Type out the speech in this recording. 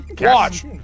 watch